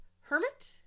Hermit